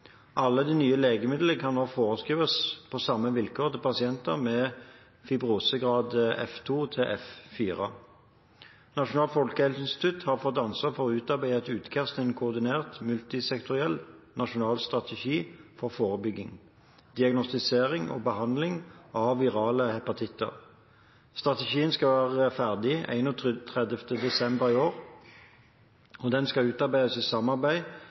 Alle de nye legemidlene kan nå forskrives på samme vilkår til pasienter med fibrosegrad F2-F4. Nasjonalt folkehelseinstitutt har fått ansvar for å utarbeide utkast til en koordinert, multisektoriell, nasjonal strategi for forebygging, diagnostisering og behandling av virale hepatitter. Strategien skal være ferdig 31. desember i år, og den skal utarbeides i samarbeid